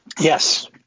Yes